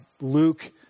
Luke